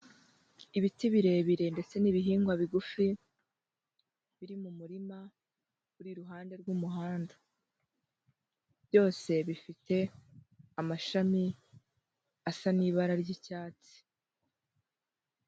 Ibiti birebire ndetse n'ibihingwa bigufi biri mu murima uri iruhande rw'umuhanda, byose bifite amashami asa n'ibara ry'icyatsi.